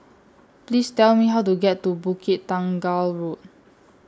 Please Tell Me How to get to Bukit Tunggal Road